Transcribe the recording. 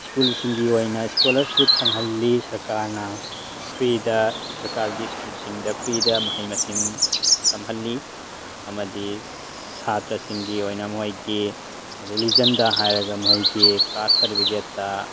ꯁ꯭ꯀꯨꯜꯁꯤꯡꯒꯤ ꯑꯣꯏꯅ ꯏꯁꯀꯣꯂꯔꯁꯤꯞ ꯐꯪꯍꯟꯂꯤ ꯁꯔꯀꯥꯔꯅ ꯐ꯭ꯔꯤꯗ ꯁꯔꯀꯥꯔꯒꯤ ꯁ꯭ꯀꯨꯜꯁꯤꯡꯗ ꯐ꯭ꯔꯤꯗ ꯃꯍꯩ ꯃꯁꯤꯡ ꯇꯝꯍꯜꯂꯤ ꯑꯃꯗꯤ ꯁꯥꯇ꯭ꯔꯁꯤꯡꯒꯤ ꯑꯣꯏꯅ ꯃꯈꯣꯏꯒꯤ ꯔꯤꯂꯤꯖꯟꯗ ꯍꯥꯏꯔꯒ ꯃꯈꯣꯏꯒꯤ ꯀꯥꯁ ꯁꯥꯔꯇꯤꯐꯤꯀꯦꯠꯇ